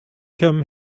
come